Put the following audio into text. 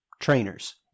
trainers